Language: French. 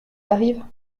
arrivent